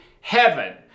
heaven